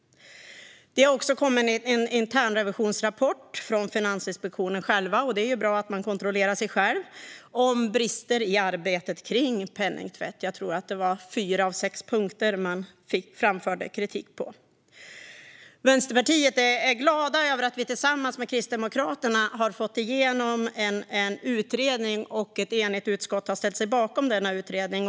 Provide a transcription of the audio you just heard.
Det har också kommit en internrevisionsrapport från Finansinspektionen, och det är ju bra att man kontrollerar sig själv. Den handlar om brister i arbetet med penningtvätt. Jag tror att det var fyra av sex punkter som man framförde kritik på. Vi i Vänsterpartiet är glada över att vi tillsammans med Kristdemokraterna har fått igenom en utredning och att ett enigt utskott har ställt sig bakom denna utredning.